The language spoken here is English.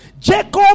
Jacob